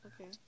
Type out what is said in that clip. Okay